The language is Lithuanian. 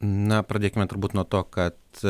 na pradėkime turbūt nuo to kad